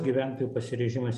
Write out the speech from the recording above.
gyventojų pasiryžimas